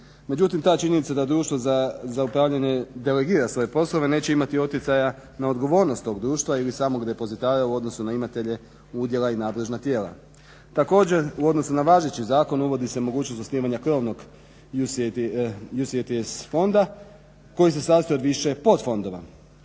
Međutim ta činjenica da društvo za upravljanje delegira svoje poslove neće imati utjecaja na odgovornost tog društva ili samog depozitara u odnosu na imatelje udjela i nadležna tijela. Također u odnosu na važeći zakon uvodi se mogućnost osnivanja krovnog UCITS fonda koji se sastoji od više podfodova.